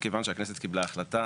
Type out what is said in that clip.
כיוון שהכנסת קיבלה החלטה